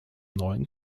neuen